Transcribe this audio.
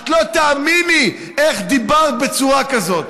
את לא תאמיני איך דיברת בצורה כזאת.